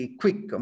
quick